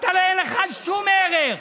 אין לך שום ערך.